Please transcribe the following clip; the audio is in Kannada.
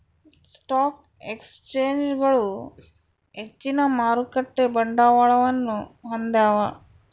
ಸ್ಟಾಕ್ ಎಕ್ಸ್ಚೇಂಜ್ಗಳು ಹೆಚ್ಚಿನ ಮಾರುಕಟ್ಟೆ ಬಂಡವಾಳವನ್ನು ಹೊಂದ್ಯಾವ